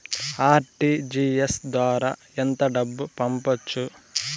RTGS ద్వారా ఎంత డబ్బు పంపొచ్చు?